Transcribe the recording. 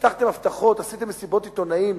הבטחתם הבטחות, עשיתם מסיבות עיתונאים.